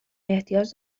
احتیاج